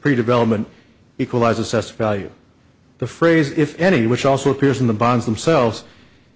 predevelopment equalise assessed value the phrase if any which also appears in the bonds themselves